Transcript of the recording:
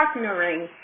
partnering